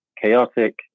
Chaotic